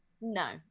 no